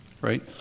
Right